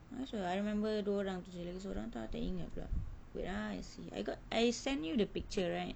not sure I remember dua orang tu jer lagi sorang tu I tak ingat pula wait ah I see I got I send you the picture right